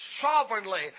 sovereignly